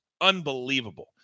Unbelievable